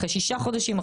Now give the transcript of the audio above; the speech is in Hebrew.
אחרי שישה חודשים,